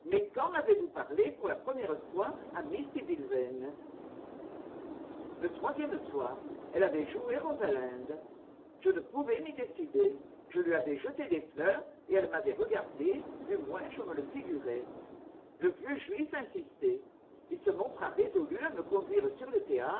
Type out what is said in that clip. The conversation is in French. quand avez-vous parlé pour la première fois à miss sibyl yane le troisième soir elle avait joué rosalinde je ne pouvais m'y décider je lui avais jeté des fleurs et elle m'avait regardé du moins je me le figurais le vieux juif insistait il se montra résolu à me conduire sur le théâtre